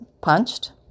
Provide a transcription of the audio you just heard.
punched